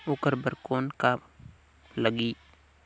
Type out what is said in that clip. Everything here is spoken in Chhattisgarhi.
ओकर बर कौन का लगी?